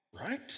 right